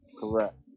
Correct